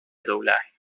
doblaje